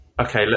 Okay